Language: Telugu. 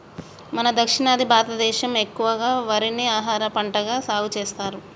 మన దక్షిణాది భారతదేసం ఎక్కువగా వరిని ఆహారపంటగా సాగుసెత్తారు